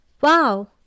Wow